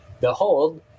behold